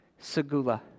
Segula